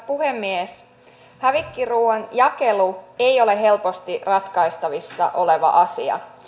puhemies hävikkiruuan jakelu ei ole helposti ratkaistavissa oleva asia